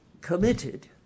committed